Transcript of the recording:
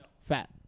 Fat